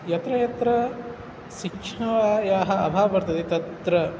यत्र यत्र शिक्षायाः अभावः वर्तते तत्र